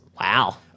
Wow